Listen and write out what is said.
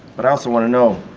but i also want to know